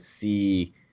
see